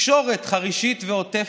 תקשורת חרישית ועוטפת,